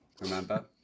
Remember